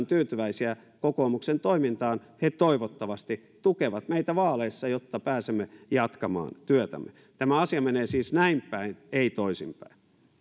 tyytyväisiä kokoomuksen toimintaan he toivottavasti tukevat meitä vaaleissa jotta pääsemme jatkamaan työtämme tämä asia menee siis näin päin ei toisin päin